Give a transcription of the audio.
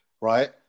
right